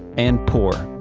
and poor.